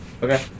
Okay